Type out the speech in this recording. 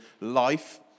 life